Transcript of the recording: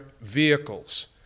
vehicles